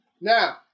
now